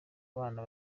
abana